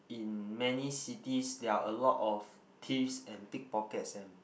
in many cities there are a lot of thieves and pickpocket and